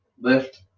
lift